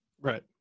Right